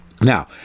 Now